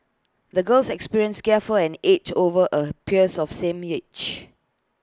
the girl's experiences gave her an edge over A peers of same age